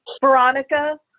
Veronica